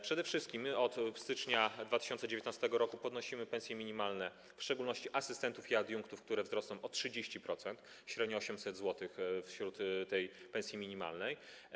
Przede wszystkim my od stycznia 2019 r. podnosimy pensje minimalne, w szczególności asystentów i adiunktów, które wzrosną o 30%, średnio o 800 zł, jeżeli chodzi o pensję minimalną.